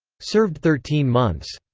served thirteen months.